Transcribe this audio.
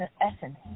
essence